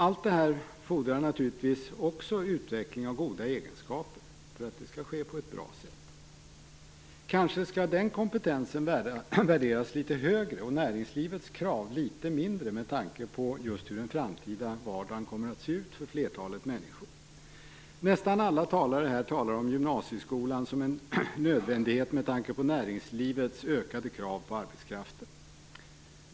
Allt detta fordrar naturligtvis också utveckling av goda egenskaper för att det skall ske på ett bra sätt. Kanske skall den kompetensen värderas litet högre och näringslivets krav litet mindre med tanke just på hur den framtida vardagen kommer att se ut för flertalet människor. Nästan alla talare här talar om gymnasieskolan som en nödvändighet med tanke på näringslivets ökade krav på arbetskraften.